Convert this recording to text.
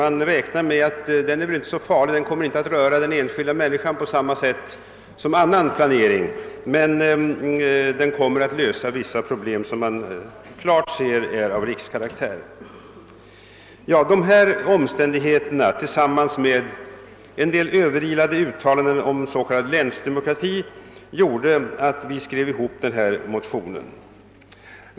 Man räknar med att den nog inte är så farlig och väl inte kommer att röra den enskilda människan på samma sätt som annan planering men kommer att lösa vissa problem som man klart ser är av rikskaraktär. Dessa omständigheter tillsammans med en del överilade uttalanden om s.k. länsdemokrati har föranlett oss att skriva ihop vårt motionspar.